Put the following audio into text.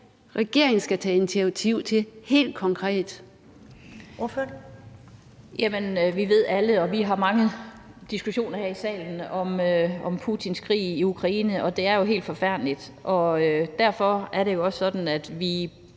regeringen skal tage initiativ til helt konkret?